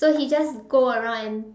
so he just go around and